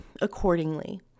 accordingly